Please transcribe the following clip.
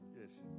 Yes